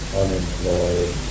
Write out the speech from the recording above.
unemployed